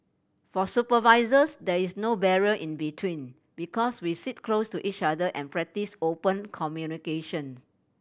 for supervisors there is no barrier in between because we sit close to each other and practice open communication